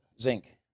zinc